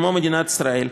כמו מדינת ישראל,